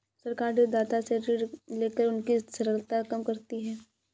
सरकार ऋणदाता से ऋण लेकर उनकी तरलता कम करती है